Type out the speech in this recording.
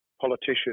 politician